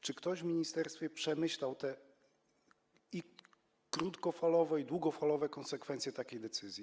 Czy ktoś w ministerstwie przemyślał te krótkofalowe i długofalowe konsekwencje takiej decyzji?